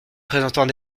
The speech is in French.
présentant